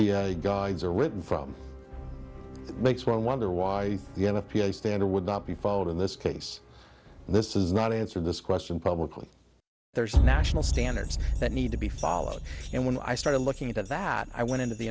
guides are written from makes one wonder why you have a ph standard would not be followed in this case this is not to answer this question publicly there's national standards that need to be followed and when i started looking into that i went into the